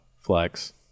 Flex